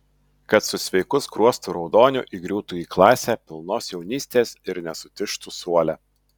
kad su sveiku skruostų raudoniu įgriūtų į klasę pilnos jaunystės ir nesutižtų suole